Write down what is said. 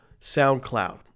SoundCloud